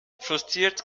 frustriert